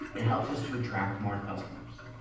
it helps us to attract more customers.